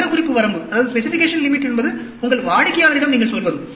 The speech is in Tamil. விவரக்குறிப்பு வரம்பு என்பது உங்கள் வாடிக்கையாளரிடம் நீங்கள் சொல்வது